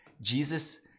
Jesus